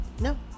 no